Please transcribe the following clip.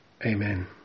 Amen